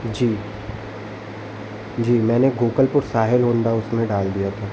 जी जी मैंने Gokulpur Sahil on the house में डाल दिया था